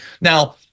Now